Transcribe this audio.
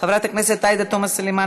חבר הכנסת מסעוד גנאים,